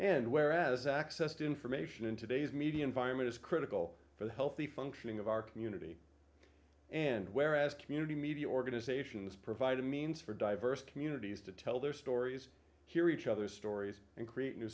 and whereas access to information in today's media environment is critical for the healthy functioning of our community and whereas community media organizations provide a means for diverse communities to tell their stories hear each other's stories and create new